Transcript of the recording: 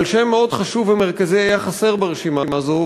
אבל שם מאוד חשוב ומרכזי היה חסר ברשימה הזאת,